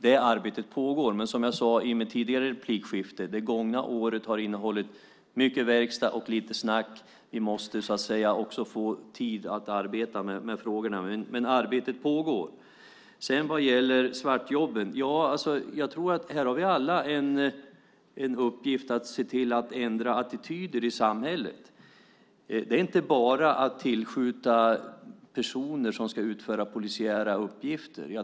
Det arbetet pågår, men som jag sade i det tidigare replikskiftet har det gångna året innehållit mycket verkstad och lite snack. Vi måste också få tid att arbeta med frågorna, och arbetet pågår. När det gäller svartjobben tror jag att vi alla har en uppgift att se till att ändra attityder i samhället. Det är inte bara att tillskjuta personer som ska utföra polisiära uppgifter.